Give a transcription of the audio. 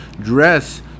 dress